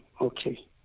Okay